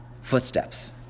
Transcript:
footsteps